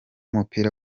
w’umupira